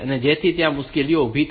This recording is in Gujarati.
તેથી ત્યાં મુશ્કેલી ઊભી થશે